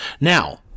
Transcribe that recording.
Now